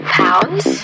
pounds